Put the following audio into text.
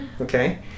Okay